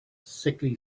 sickly